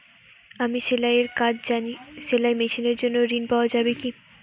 আমি সেলাই এর কাজ জানি সেলাই মেশিনের জন্য ঋণ পাওয়া যাবে কি?